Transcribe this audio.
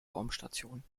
raumstation